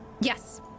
Yes